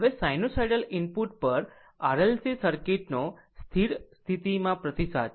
હવે sinusoidal input પર RLC સર્કિટનો સ્થિર સ્થિતિમાં પ્રતિસાદ છે